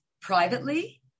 privately